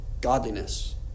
godliness